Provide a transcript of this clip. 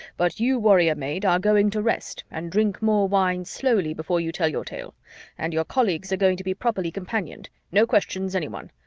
but you, warrior maid, are going to rest and drink more wine slowly before you tell your tale and your colleagues are going to be properly companioned. no questions, anyone.